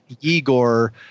Igor